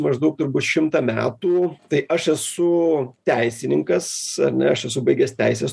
maždaug turbūt šimtą metų tai aš esu teisininkas ar ne aš esu baigęs teisės